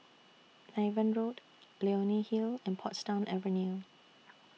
Niven Road Leonie Hill and Portsdown Avenue